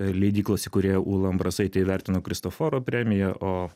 leidyklos įkurėją ūlą ambrasaitę įvertino kristoforo premija o